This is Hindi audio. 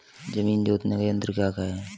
जमीन जोतने के यंत्र क्या क्या हैं?